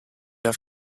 have